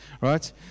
right